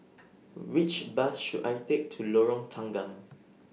Which Bus should I Take to Lorong Tanggam